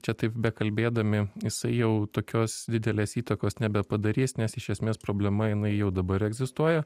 čia taip bekalbėdami jisai jau tokios didelės įtakos nebepadarys nes iš esmės problema jinai jau dabar egzistuoja